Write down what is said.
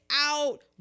out